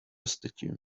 statue